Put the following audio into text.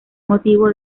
motivo